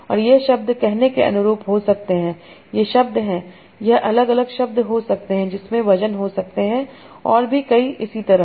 और ये शब्द कहने के अनुरूप हो सकते हैं ये शब्द हैं यह अलग अलग शब्द हो सकते हैं जिनमें वजन हो सकते हैं और भी कई इसी तरह